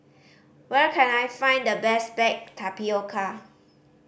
where can I find the best baked tapioca